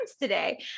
today